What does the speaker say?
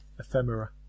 ephemera